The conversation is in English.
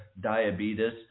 diabetes